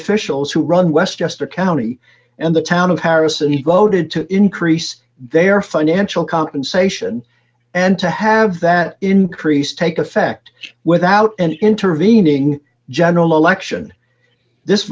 officials who run westchester county and the town of harris and he voted to increase their financial compensation and to have that increase take effect without an intervening general election this